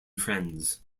friends